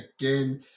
again